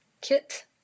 kit